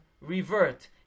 revert